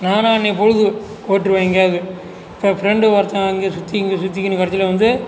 நானாக அன்றைய பொழுது ஓட்டுருவேன் எங்கேயாவது இப்போ ஃப்ரெண்டு ஒருத்தவன் அங்கே சுற்றி இங்கே சுற்றிக்கின்னு கடைசியில் வந்து